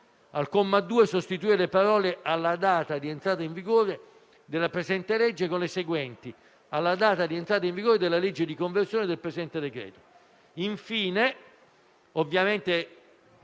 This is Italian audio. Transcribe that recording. *al comma 2, sostituire le parole:* «alla data di entrata in vigore della presente legge» *con le seguenti:*